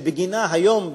שבגינה היום,